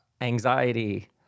anxiety